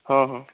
ହଁ ହଁ